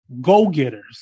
go-getters